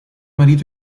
marito